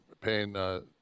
paying